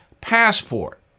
passport